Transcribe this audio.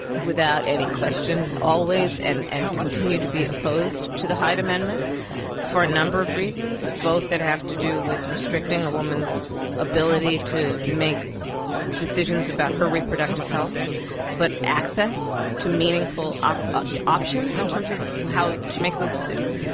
without any question, always and and continue to be opposed to the hyde amendment for a number of reasons, both that have to do with restricting a woman's ability to make decisions about her reproductive health but access to meaningful ah options in terms of how she makes those decisions.